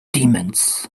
demons